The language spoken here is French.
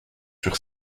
sur